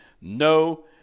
no